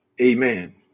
amen